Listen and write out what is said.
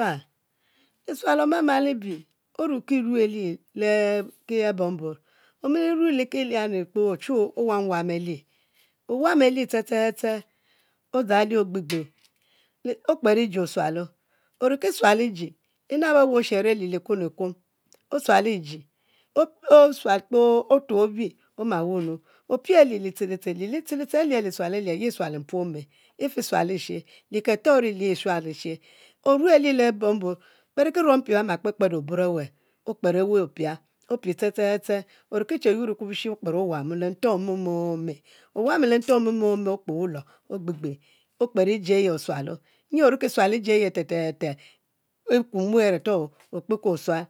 An lisual omama aruki mli le abombon, omiliiu le kiliani kpoo ochu owawan e ki, owamo li ste ste ste, odzang li ogbegbe okper iji osualo ogriki sual iji e'nabe weh ogbebribayi likuom likuom, osual kpoo oma wur nu, opie ali lite, lite li ti te li te ye yi e'sualo mpuome, yi ketori yi e'sualo e'she, orueli leb abombon beriki ruong mpi bema kper kper oboh aweh, okpere elu opia, opie stee ste ste oriki, che yuor e'kubishi oche kper owamo le nto ome meme, owamo le nto ome m'e’ me’ okpe wulo ogbegbe okper e'ji aye osualo nyi orinki sual e'ji aye e'kuomue a're okpe ke osual,